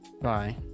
bye